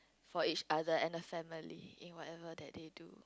for each other and the family in whatever that they do